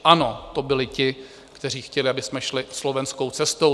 Ano, to byli ti, kteří chtěli, abychom šli slovenskou cestou.